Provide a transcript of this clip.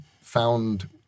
found